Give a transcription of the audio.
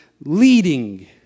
leading